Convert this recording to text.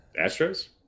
Astros